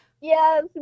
Yes